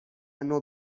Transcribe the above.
نوع